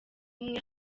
umwe